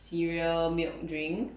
cereal milk drink